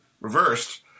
reversed